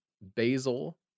basil